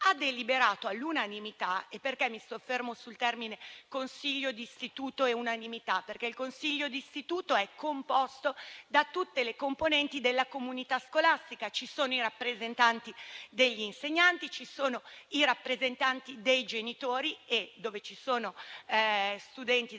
deliberato all'unanimità. Mi soffermo sui termini "consiglio d'istituto" e "unanimità", perché il consiglio di istituto è composto da tutte le componenti della comunità scolastica: ci sono i rappresentanti degli insegnanti, ci sono i rappresentanti dei genitori e, per le scuole